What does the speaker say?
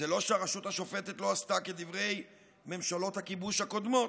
זה לא שהרשות השופטת לא עשתה כדברי ממשלות הכיבוש הקודמות.